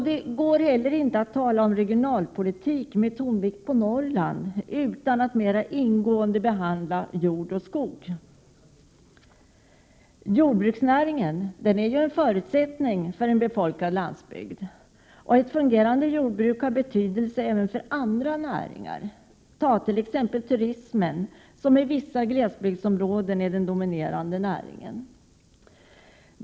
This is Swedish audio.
Det går inte heller att tala regionalpolitik med tonvikt på Norrland utan att mera ingående behandla jordoch skogsnäringarna. Jordbruksnäringen är en förutsättning för en befolkad landsbygd. Ett fungerande jordbruk har betydelse även för andra näringar, t.ex. för turismen, som i vissa glesbygdsområden är den dominerande näringen.